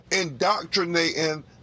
indoctrinating